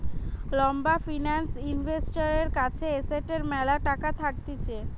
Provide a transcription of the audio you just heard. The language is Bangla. লম্বা ফিন্যান্স ইনভেস্টরের কাছে এসেটের ম্যালা টাকা থাকতিছে